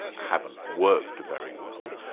haven't worked very well.